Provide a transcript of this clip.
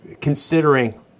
considering